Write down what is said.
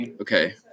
Okay